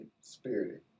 Spirited